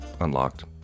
unlocked